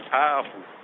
powerful